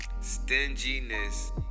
Stinginess